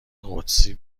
قدسی